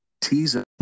Teaser